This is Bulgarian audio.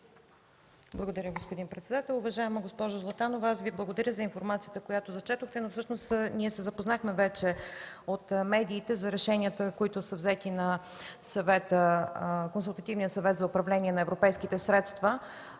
Благодаря, господин председател. Уважаема госпожо Златанова, аз Ви благодаря за информацията, която прочетохте, но всъщност ние се запознахме вече от медиите за решенията, които са взети на Консултативния съвет за управление на европейските средства